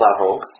levels